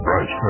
Right